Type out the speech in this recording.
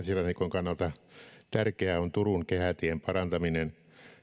kannalta tärkeää on turun kehätien parantaminen